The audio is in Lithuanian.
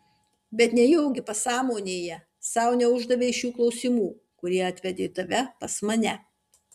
bet nejaugi pasąmonėje sau neuždavei šių klausimų kurie ir atvedė tave pas mane